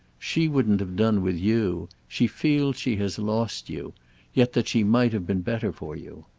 she wouldn't have done with you. she feels she has lost you yet that she might have been better for you.